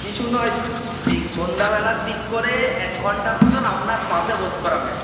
কিছু নয় সন্ধ্যাবেলার দিক করে এক ঘণ্টা মতন আপনার পাশে বসা করাবেন